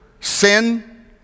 sin